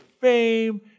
fame